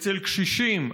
אצל קשישים,